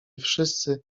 wszyscy